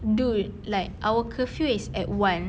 dude like our curfew is at one